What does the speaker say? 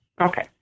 Okay